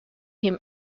him